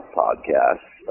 podcasts